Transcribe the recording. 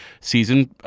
season